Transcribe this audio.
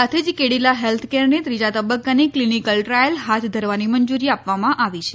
સાથે જ કેડીલા હેલ્થકેરને ત્રીજા તબકકાની કલીનીકલ ટ્રાયલ હાથ ધરવાની મંજુરી આપવામાં આવી છે